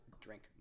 drink